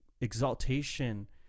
Exaltation